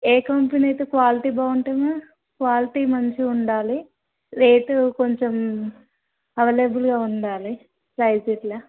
ఏ company అయితే quality బాగుంటుంది ma'am quality మంచిగా ఉండాలి రేటు కొంచెం అవైలబుల్గా ఉండాలి ప్రైస్ ఇట్లా